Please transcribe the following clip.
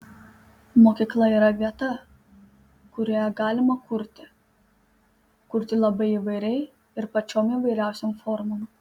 mokykla yra vieta kurioje galima kurti kurti labai įvairiai ir pačiom įvairiausiom formom